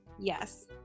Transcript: Yes